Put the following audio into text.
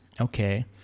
Okay